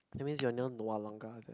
that means you are near is it